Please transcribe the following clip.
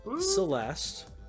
celeste